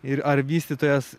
ir ar vystytojas